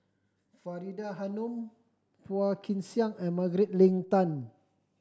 Faridah Hanum Phua Kin Siang and Margaret Leng Tan